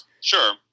sure